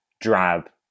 drab